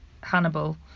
Hannibal